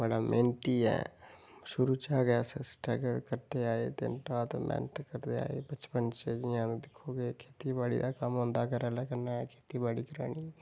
बडा मेह्नती ऐं शुरू चा गै अस स्ट्रगल करदे आए ते दिन रात मेह्नत करदे आए बचपन च इयां दिक्खो कि खेतीबाड़ी दा कम्म होंदा हा घरै आह्ले कन्नै खेतीबाड़ी करानी